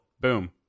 Boom